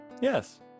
Yes